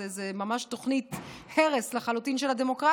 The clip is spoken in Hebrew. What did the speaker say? זה ממש תוכנית הרס לחלוטין של הדמוקרטיה.